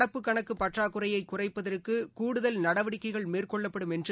நடப்பு கணக்கு பற்றாக்குறையை குறைப்பதற்கு கூடுதல் நடவடிக்கைகள் மேற்கொள்ளப்படும் என்று